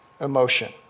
emotion